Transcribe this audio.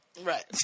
Right